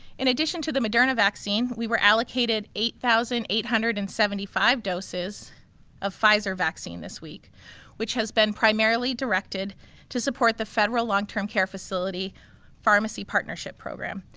in addition to the moderna vaccine we were allocated eight thousand eight hundred and seventy five doses of pfizer vaccine this week which has been primarily directed to support the federal long term care facility pharmacy partnership program.